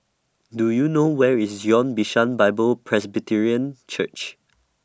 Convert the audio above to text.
Do YOU know Where IS Zion Bishan Bible Presbyterian Church